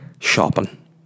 shopping